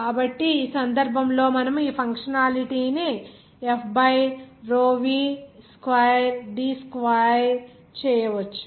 కాబట్టి ఈ సందర్భంలో మనము ఈ ఫంక్షనాలిటీని F by rho V square D square చేయవచ్చు